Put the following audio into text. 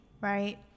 right